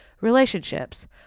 relationships